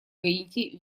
гаити